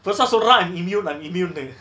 first ah சொல்ரா:solraa I'm immune I'm immune ன்னு:nu